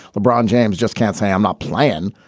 lebron james just can't say i'm a plan.